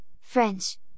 French